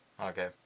Okay